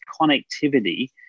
connectivity